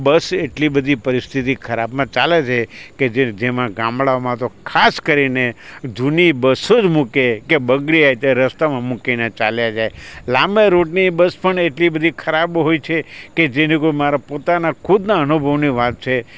બસ એટલી બધી પરિસ્થિતિ ખરાબમાં ચાલે છે કે જે જેમાં ગામડામાં તો ખાસ કરીને જૂની બસો જ મુકે કે બગડે એટલે રસ્તામાં મૂકીને ચાલ્યા જાય લાંબા રૂટની બસ પણ એટલી બધી ખરાબ હોય છે કે જે લોકો મારા પોતાના ખુદના અનુભવોની વાત છે